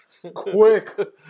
Quick